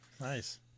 nice